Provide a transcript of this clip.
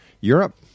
Europe